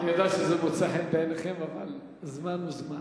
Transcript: אני יודע שזה מוצא חן בעיניכם, אבל זמן הוא זמן.